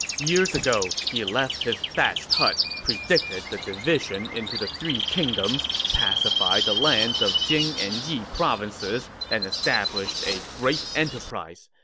years ago he left his thatched hut, he predicted the division into the three kingdoms, pacified the lands of jing and yi provinces, and established a great enterprise.